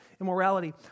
immorality